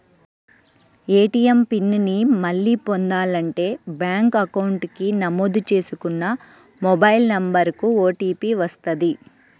ATM PIN ని మళ్ళీ పొందాలంటే బ్యేంకు అకౌంట్ కి నమోదు చేసుకున్న మొబైల్ నెంబర్ కు ఓటీపీ వస్తది